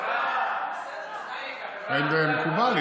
אם זה מקובל.